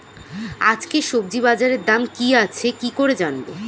আজকে সবজি বাজারে দাম কি আছে কি করে জানবো?